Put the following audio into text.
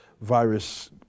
virus